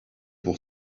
pour